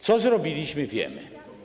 Co zrobiliśmy - wiemy.